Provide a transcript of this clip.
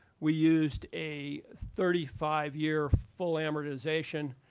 we used a thirty five year full amortization.